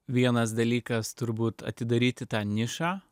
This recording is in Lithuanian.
vienas dalykas turbūt atidaryti tą nišą